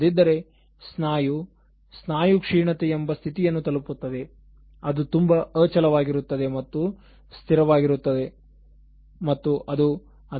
ಇಲ್ಲದಿದ್ದರೆ ಸ್ನಾಯು 'ಸ್ನಾಯು ಕ್ಷೀಣತೆ' ಎಂಬ ಸ್ಥಿತಿಯನ್ನು ತಲುಪುತ್ತದೆ ಅದು ತುಂಬಾ ಅಚಲವಾಗಿರುತ್ತದೆ ಮತ್ತು ಸ್ಥಿರವಾಗಿರುತ್ತದೆ ಮತ್ತು ಅದು ಅದರ ನಮ್ಯತೆ ಸ್ವರೂಪವನ್ನು ಕಳೆದುಕೊಳ್ಳುತ್ತದೆ